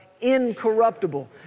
incorruptible